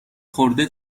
خورده